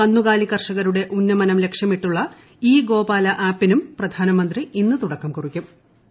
കന്നുകാലി കർഷകരുടെ ഉന്നമനം ലക്ഷ്യമിട്ടുള്ള് ഇ ഗോപാല ആപ്പിനും പ്രധാനമന്ത്രി ഇന്ന് തുടക്കം കുറിക്കൂം